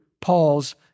Paul's